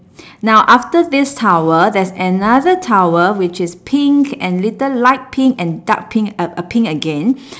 now after this towel there's another towel which is pink and little light pink and dark pink a a pink again